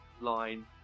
line